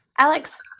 Alex